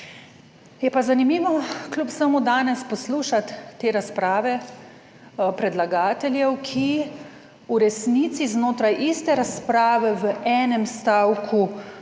Je pa zanimivo kljub vsemu danes poslušati te razprave predlagateljev, ki v resnici znotraj iste razprave v enem stavku,